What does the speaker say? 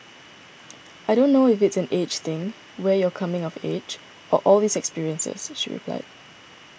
I don't know if it's an age thing where you're coming of age or all these experiences she replied